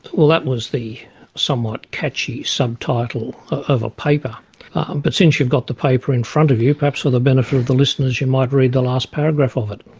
well that was the somewhat catchy subtitle of a paper but since you've got the paper in front of you perhaps for the benefit of the listeners you might read the last paragraph of it?